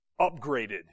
upgraded